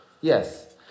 yes